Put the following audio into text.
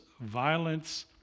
violence